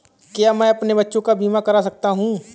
क्या मैं अपने बच्चों का बीमा करा सकता हूँ?